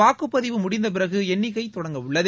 வாக்குப்பதிவு முடிந்தபிறகு எண்ணிக்கை தொடங்க உள்ளது